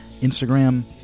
Instagram